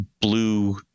blue